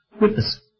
witness